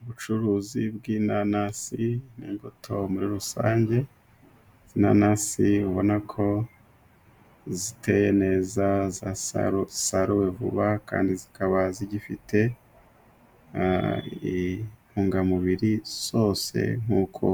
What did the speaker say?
Ubucuruzi bw'inanasi n' imbuto muri rusange. Izi nanasi ubona ko ziteye neza zasaruwe vuba kandi zikaba zigifite intungamubiri zose nk'uko